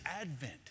Advent